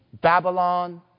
Babylon